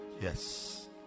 Yes